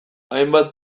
hainbat